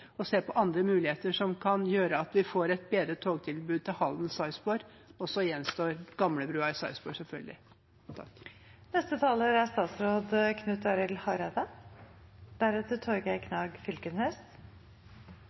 og at vi ser på andre muligheter som kan gjøre at vi får et bedre togtilbud til Halden og Sarpsborg. Og så gjenstår gamlebrua i Sarpsborg, selvfølgelig.